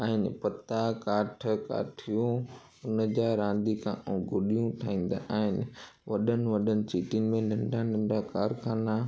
आहिनि पत्ता काठ काठियूं उनजा रांदीका ऐं गुॾियूं ठाहींदा आहिनि वॾनि वॾनि चीटियुनि में नंढा नंढा कारखाना